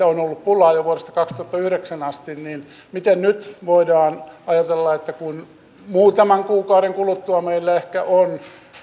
on ollut pulaa jo vuodesta kaksituhattayhdeksän asti miten nyt voidaan ajatella kun muutaman kuukauden kuluttua meillä on